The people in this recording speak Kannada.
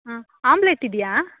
ಹಾಂ ಆಮ್ಲೇಟ್ ಇದೆಯಾ